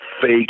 fake